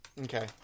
Okay